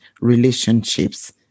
relationships